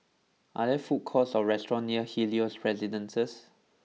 are there food courts or restaurants near Helios Residences